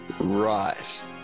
Right